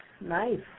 nice